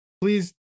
Please